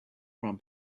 from